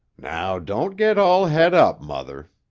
now don't get all het up, mother.